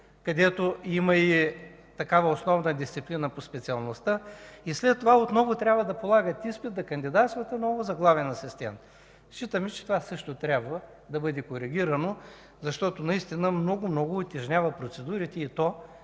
където има и основна дисциплина по специалността и след това отново трябва да полагат изпит, да кандидатстват отново за главен асистент. Считаме, че това също трябва да бъде коригирано, защото наистина много утежнява процедурите и то